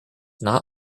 not